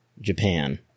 Japan